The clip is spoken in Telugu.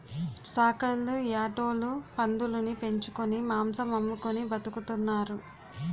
సాకల్లు యాటోలు పందులుని పెంచుకొని మాంసం అమ్ముకొని బతుకుతున్నారు